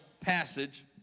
passage